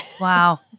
Wow